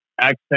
accent